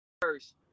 first